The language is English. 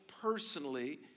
personally